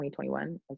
2021